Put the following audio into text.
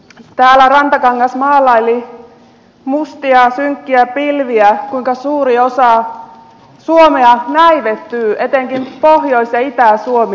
täällä rantakangas maalaili mustia synkkiä pilviä kuinka suuri osa suomea näivettyy etenkin pohjois ja itä suomi